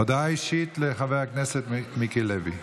הודעה אישית לחבר הכנסת מיקי לוי.